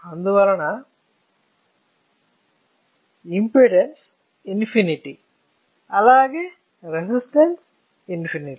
అందువలన impedance infinity అలాగే resistance infinity